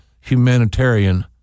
humanitarian